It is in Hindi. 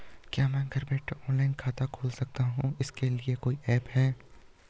क्या मैं घर बैठे ऑनलाइन खाता खोल सकती हूँ इसके लिए कोई ऐप है?